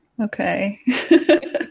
okay